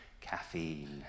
caffeine